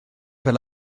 fel